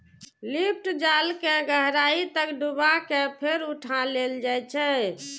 lift जाल कें गहराइ तक डुबा कें फेर उठा लेल जाइ छै